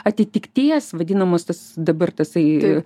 atitikties vadinamos tas dabar tasai